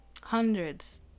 Hundreds